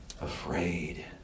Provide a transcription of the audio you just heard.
afraid